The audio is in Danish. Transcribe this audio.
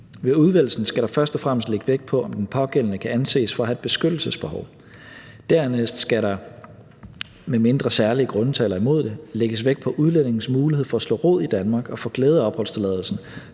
Ved udvælgelsen skal der først og fremmest lægges vægt på, om den pågældende kan anses for at have et beskyttelsesbehov. Dernæst skal der, medmindre særlige grunde taler imod det, lægges vægt på udlændingens mulighed for at slå rod i Danmark og få glæde af opholdstilladelsen,